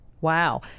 Wow